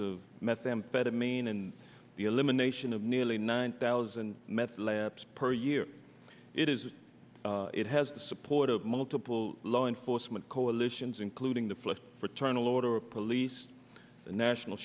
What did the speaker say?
of methamphetamine and the elimination of nearly nine thousand meth labs per year it is it has the support of multiple law enforcement coalitions including the flick fraternal order of police the national